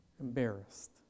embarrassed